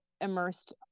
immersed